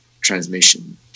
transmission